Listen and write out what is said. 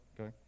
okay